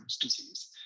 disease